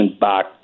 back